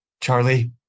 Charlie